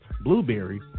Blueberry